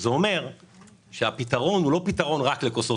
זה אומר שהפתרון הוא לא פתרון רק לכוסות